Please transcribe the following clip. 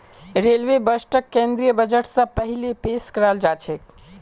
railway बजटक केंद्रीय budget स पहिले पेश कराल जाछेक